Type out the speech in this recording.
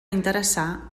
interessar